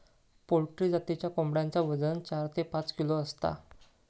poultry जातीच्या कोंबड्यांचा वजन चार ते पाच किलो असता